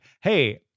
hey